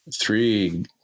three